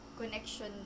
Connection